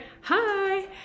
hi